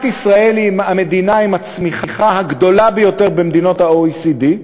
ישראל היא המדינה עם הצמיחה הגדולה ביותר במדינות ה-OECD,